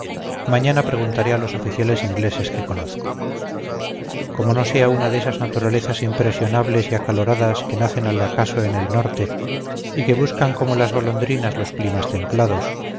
mañana preguntaré a los oficiales ingleses que conozco como no sea una de esas naturalezas impresionables y acaloradas que nacen al acaso en el norte y que buscan como las golondrinas los climas templados